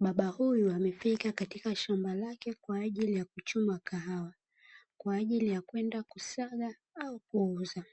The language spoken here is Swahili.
baba huyu amefika katika shamba lake kwa ajili ya kuchuma kahawa, kwa ajili ya kwenda kusaga au kuuza.